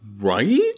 Right